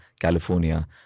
California